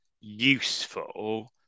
useful